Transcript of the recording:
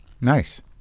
Nice